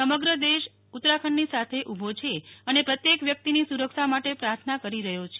સમગ્ર દેશ ઉત્તરાખંડની સાથે ઉભો છે અને પ્રત્યેક વ્યક્તિની સુરક્ષા માટે પ્રાર્થના કરી રહ્યો છે